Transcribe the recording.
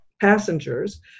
passengers